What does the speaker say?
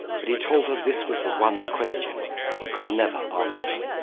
but he told her this was the one question he could never answer.